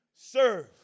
serve